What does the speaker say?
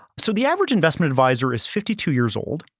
so the average investment advisor is fifty two years old.